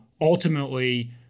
Ultimately